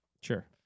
Sure